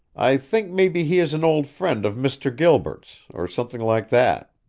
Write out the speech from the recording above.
i think maybe he is an old friend of mr. gilbert's, or something like that.